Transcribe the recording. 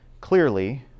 clearly